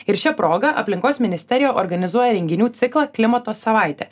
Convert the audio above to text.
ir šia proga aplinkos ministerija organizuoja renginių ciklą klimato savaitė